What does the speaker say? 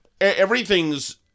everything's